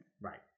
Right